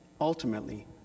ultimately